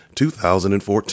2014